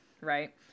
right